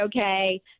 okay